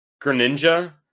greninja